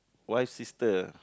why sister